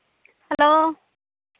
hello